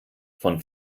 von